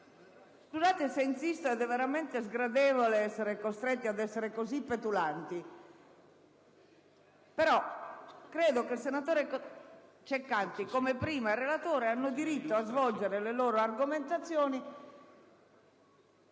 scusate se insisto, ed è veramente sgradevole costringermi ad essere così petulante. Credo, però, che il senatore Ceccanti, come prima il relatore, abbia diritto a svolgere le proprie argomentazioni